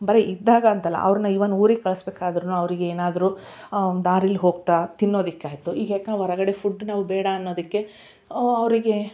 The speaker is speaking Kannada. ಬರೀ ಇದ್ದಾಗ ಅಂತಲ್ಲ ಅವ್ರನ್ನ ಈವನ್ ಊರಿಗೆ ಕಳಿಸ್ಬೇಕಾದ್ರು ಅವರಿಗೆ ಏನಾದರೂ ದಾರಿಲಿ ಹೋಗ್ತಾ ತಿನ್ನೊದಕ್ಕಾಯ್ತು ಈಗ ಯಾಕಂದ್ರೆ ಹೊರಗಡೆ ಫುಡ್ ನಾವು ಬೇಡ ಅನ್ನೋದಕ್ಕೆ ಅವರಿಗೆ